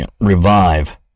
revive